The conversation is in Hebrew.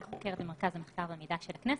אני חוקרת במרכז המחקר והמידע של הכנסת.